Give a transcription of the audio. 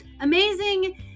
Amazing